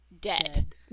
dead